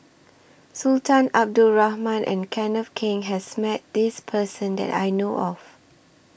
Sultan Abdul Rahman and Kenneth Keng has Met This Person that I know of